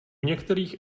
některých